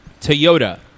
Toyota